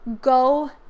go